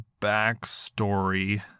backstory